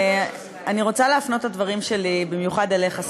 אני רוצה להפנות את הדברים שלי במיוחד אליך,